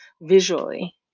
visually